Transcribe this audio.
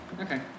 Okay